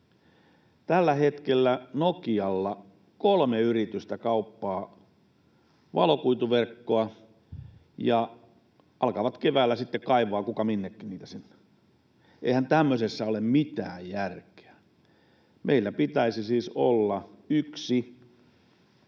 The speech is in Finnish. Tällä hetkellä Nokialla kolme yritystä kauppaa valokuituverkkoja, ja ne alkavat keväällä sitten niitä kaivaa, kuka minnekin sinne. Eihän tämmöisessä ole mitään järkeä. Meillä pitäisi siis olla yksi